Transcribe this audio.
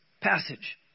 passage